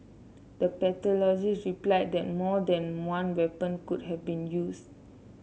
the pathologist replied that more than one weapon could have been used